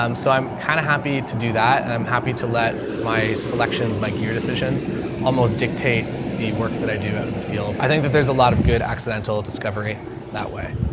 um so i'm kinda happy to do that and i'm happy to let my selections, my gear decisions almost dictate the work that i do out in the field. i think that there's a lot of good accidental discovery that way.